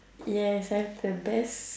yes I have the best